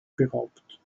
beraubt